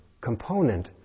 component